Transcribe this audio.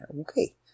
Okay